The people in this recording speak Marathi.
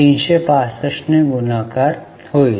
365 ने गुणाकार होईल